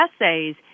essays